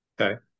Okay